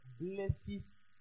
blesses